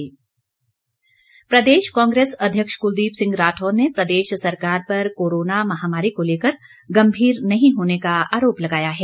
राठौर प्रदेश कांग्रेस अध्यक्ष कुलदीप सिंह राठौर ने प्रदेश सरकार पर कोरोना महामारी को लेकर गम्भीर नहीं होने का आरोप लगाया है